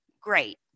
great